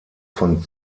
von